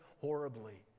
horribly